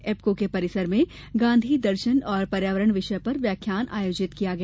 एप्कों के परिसर में गांधी दर्शन और पर्यावरण विषय पर व्याख्यान आयोजित हुआ